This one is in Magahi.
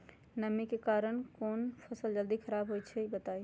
नमी के कारन कौन स फसल जल्दी खराब होई छई बताई?